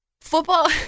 football